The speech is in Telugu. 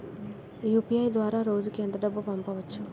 యు.పి.ఐ ద్వారా రోజుకి ఎంత డబ్బు పంపవచ్చు?